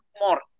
more